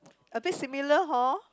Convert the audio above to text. a bit similar hor